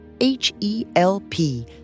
H-E-L-P